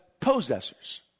Possessors